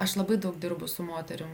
aš labai daug dirbu su moterim